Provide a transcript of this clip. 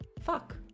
fuck